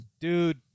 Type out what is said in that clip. Dude